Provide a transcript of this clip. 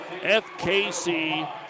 FKC